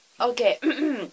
Okay